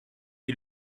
est